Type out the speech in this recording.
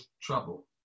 trouble